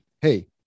hey